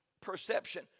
perception